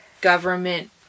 government